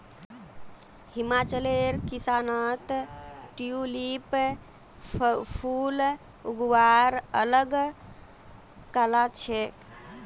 हिमाचलेर किसानत ट्यूलिप फूल उगव्वार अल ग कला छेक